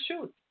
shoot